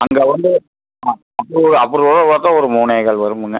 அங்கே வந்து அப்ரூ அப்ரூவோடு பார்த்தா ஒரு மூணேகால் வருங்க